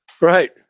Right